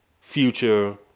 future